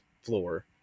floor